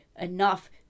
enough